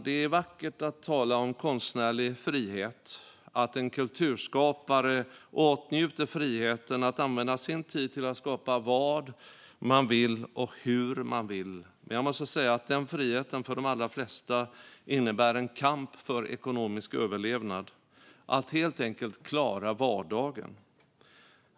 Det är vackert att tala om konstnärlig frihet, att en kulturskapare åtnjuter friheten att använda sin tid till att skapa vad han eller hon vill och hur han eller hon vill. Men jag måste säga att denna frihet för de allra flesta innebär en kamp för ekonomisk överlevnad - att helt enkelt klara vardagen.